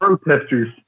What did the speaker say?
Protesters